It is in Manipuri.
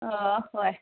ꯍꯣꯏ